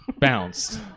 bounced